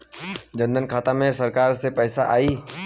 जनधन खाता मे सरकार से पैसा आई?